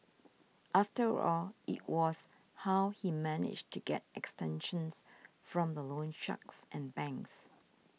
after all it was how he managed to get extensions from the loan sharks and banks